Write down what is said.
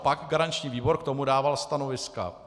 Pak garanční výbor k tomu dával stanoviska.